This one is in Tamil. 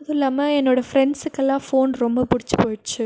அதுவும் இல்லாமல் என்னோடய ஃப்ரெண்ட்ஸுக்கெல்லாம் ஃபோன் ரொம்ப பிடிச்சி போயிடுச்சு